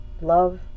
love